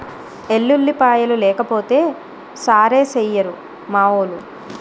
ఎల్లుల్లిపాయలు లేకపోతే సారేసెయ్యిరు మావోలు